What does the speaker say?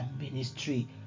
ministry